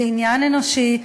זה עניין אנושי.